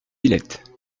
islettes